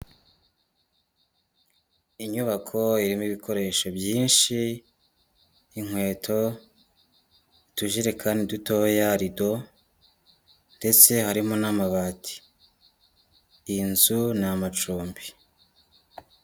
Inyubako irimo ibikoresho byinshi, inkweto, utujerekani dutoya, rido, ndetse harimo n'amabati, iyi nzu ni amacumbi.